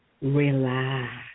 relax